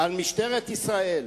על משטרת ישראל,